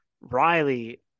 Riley